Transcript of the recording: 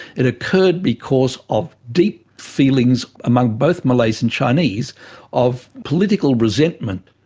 it occurred because of deep feelings among both malays and chinese of political resentment.